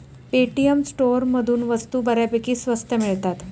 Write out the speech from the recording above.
Paytm स्टोअरमधून वस्तू बऱ्यापैकी स्वस्त मिळतात